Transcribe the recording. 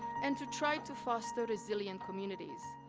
and to try to foster resilient communities.